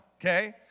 Okay